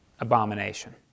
abomination